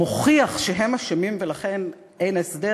מוכיח שהם אשמים ולכן אין הסדר.